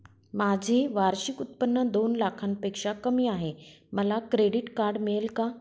माझे वार्षिक उत्त्पन्न दोन लाखांपेक्षा कमी आहे, मला क्रेडिट कार्ड मिळेल का?